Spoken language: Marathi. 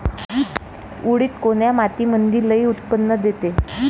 उडीद कोन्या मातीमंदी लई उत्पन्न देते?